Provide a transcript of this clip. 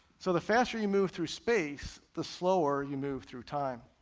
so the faster you move through space, the slower you move through time.